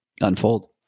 unfold